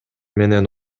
менен